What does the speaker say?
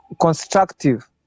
constructive